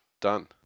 Done